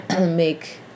make